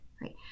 right